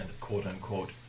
quote-unquote